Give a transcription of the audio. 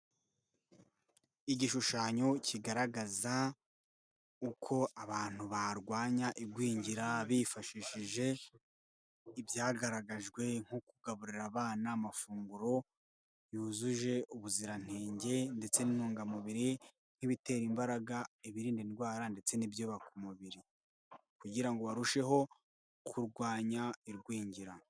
Igishushanyo kigaragaza uko abantu barwanya igwingira bifashishije, ibyagaragajwe nko kugaburira abana amafunguro, yuzuje ubuziranenge ndetse n'intungamubiri nk'ibitera imbaraga, ibirinda indwara ndetse n'ibyubaka umubiri, kugira ngo barusheho kurwanya igwingira.